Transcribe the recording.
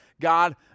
God